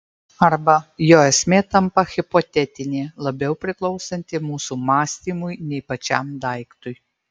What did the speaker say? arba jo esmė tampa hipotetinė labiau priklausanti mūsų mąstymui nei pačiam daiktui